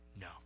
No